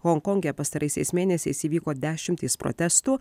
honkonge pastaraisiais mėnesiais įvyko dešimtys protestų